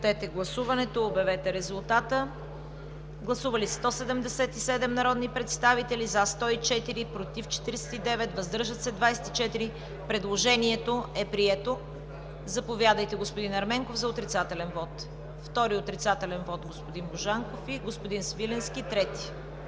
на гласуване. Гласували 177 народни представители: за 104, против 49, въздържали се 24. Предложението е прието. Заповядайте, господин Ерменков, за отрицателен вот. Втори отрицателен вот – господин Божанков, господин Свиленски – за трети.